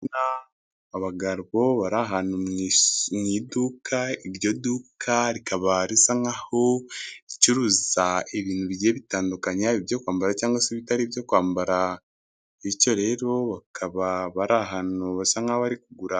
Abagabo bari ahantu mu iduka, iryo duka rikaba risa nkaho ricuruza ibintu bigiye bitandukanya ibyo kwambara cyangwa se ibitari ibyo kwambara, bityo rero bakaba bari ahantu basa nk' abari kugura.